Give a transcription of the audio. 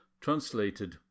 Translated